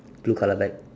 blue colour bag